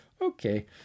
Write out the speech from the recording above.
okay